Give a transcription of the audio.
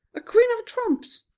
a queen of trumps!